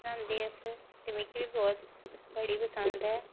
बनांदे अस ते मिकी बी बोह्त बड़ी पसंद ऐ